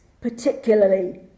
particularly